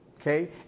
okay